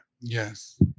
Yes